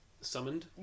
Summoned